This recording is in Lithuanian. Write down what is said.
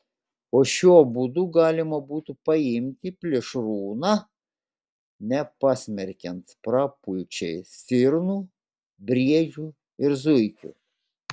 o šiuo būdu galima būtų paimti plėšrūną nepasmerkiant prapulčiai stirnų briedžių ir zuikių